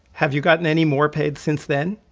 have you gotten any more paid since then?